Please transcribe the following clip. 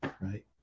right